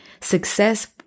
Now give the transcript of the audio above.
success